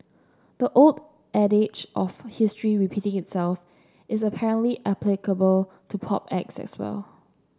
the old adage of history repeating itself is apparently applicable to pop acts as well